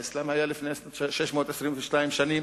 האסלאם היה לפני 622 שנים,